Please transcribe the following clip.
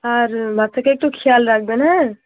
আর বাচ্চাকে একটু খেয়াল রাখবেন হ্যাঁ